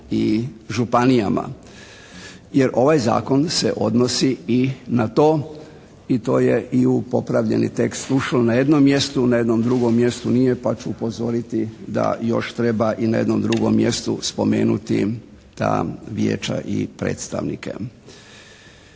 i županijama. Jer ovaj zakon se odnosi i na to i to je i u popravljeni tekst ušlo na jednom mjestu. Ne jednom drugom mjestu nije pa ću upozoriti da još treba i na jednom drugom mjestu treba spomenuti ta vijeća i predstavnike.